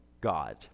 God